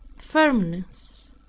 firmness,